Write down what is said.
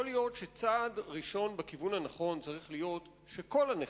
יכול להיות שצעד ראשון בכיוון הנכון צריך להיות שכל הנכים,